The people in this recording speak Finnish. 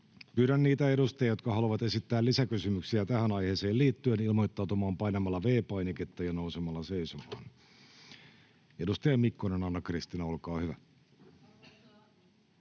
Pyydän niitä edustajia, jotka haluavat esittää lisäkysymyksiä tähän aiheeseen liittyen, ilmoittautumaan painamalla V-painiketta ja nousemalla seisomaan. — Edustaja Mikkonen, Anna-Kristiina, olkaa hyvä.